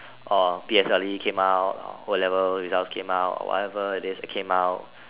uh P_S_L_E came out o-levels results came out or whatever it is that came out